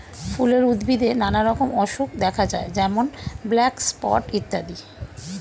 ফুলের উদ্ভিদে নানা রকম অসুখ দেখা যায় যেমন ব্ল্যাক স্পট ইত্যাদি